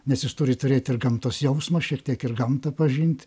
nes jis turi turėt ir gamtos jausmo šiek tiek ir gamtą pažint